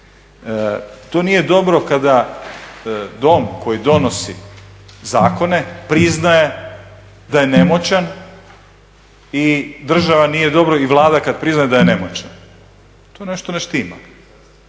To nije dobro kada Dom koji donosi zakone priznaje da je nemoćan i država nije dobro, i Vlada kad priznaje da je nemoćna, tu nešto ne štima.